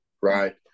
right